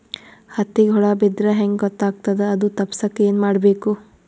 ಹತ್ತಿಗ ಹುಳ ಬಿದ್ದ್ರಾ ಹೆಂಗ್ ಗೊತ್ತಾಗ್ತದ ಅದು ತಪ್ಪಸಕ್ಕ್ ಏನ್ ಮಾಡಬೇಕು?